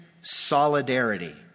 solidarity